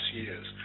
years